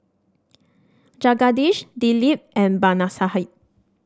Jagadish Dilip and